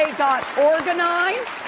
got organized.